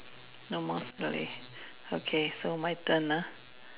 no more story okay so my turn ah